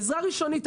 עזרה ראשונית.